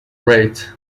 wraith